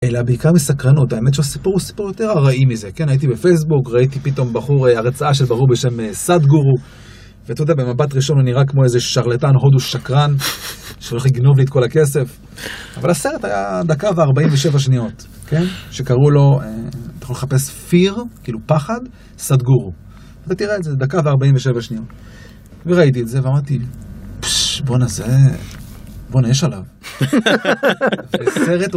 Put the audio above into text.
אלא בעיקר מסקרנות, האמת שהסיפור הוא סיפור יותר ארעי מזה, כן? הייתי בפייסבוק, ראיתי פתאום בחור הרצאה של בחור בשם סאד גורו ואתה יודע במבט ראשון הוא נראה כמו איזה שרלטן הודו שקרן שהולך לגנוב לי את כל הכסף אבל הסרט היה דקה וארבעים ושבע שניות, כן? שקראו לו, אתה יכול לחפש פיר, כאילו פחד, סאד גורו ותראה את זה, דקה וארבעים ושבע שניות וראיתי את זה ואמרתי, פשש, בואנה זה... בואנה יש עליו. חחח.. חחחח..הסרט הוא